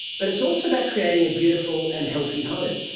but it's also about creating a beautiful and healthy home.